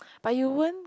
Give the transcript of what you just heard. but you won't